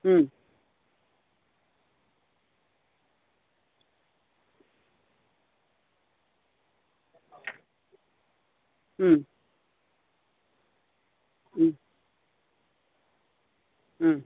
হুম হুম হুম হুম